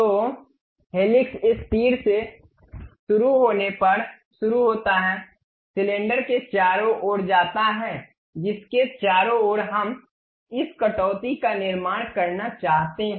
तो हेलिक्स इस तीर के शुरू होने पर शुरू होता है सिलेंडर के चारों ओर जाता है जिसके चारों ओर हम इस कटौती का निर्माण करना चाहते हैं